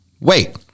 wait